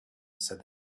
said